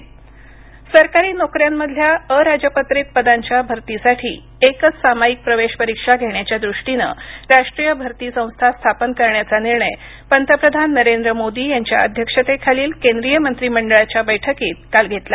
केंद्रीय मंत्रिमंडळ सरकारी नोकऱ्यांमधल्या अराजपत्रीत पदांच्या भरतीसाठी एकच सामायिक प्रवेश परीक्षा घेण्याच्या दृष्टीनं राष्ट्रीय भरती संस्था स्थापन करण्याचा निर्णय पंतप्रधान नरेंद्र मोदी यांच्या अध्यक्षतेखालील केंद्रीय मंत्रिमंडळाच्या बैठकीत काल घेतला